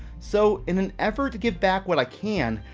so in an effort to give back what i can,